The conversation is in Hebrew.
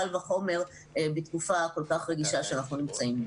קל וחומר בתקופה כל כך רגישה שאנחנו נמצאים.